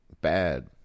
bad